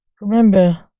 Remember